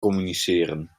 communiceren